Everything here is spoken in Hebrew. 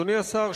אדוני השר,